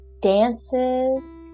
dances